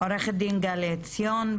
עו"ד גלי עציון.